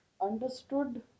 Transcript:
understood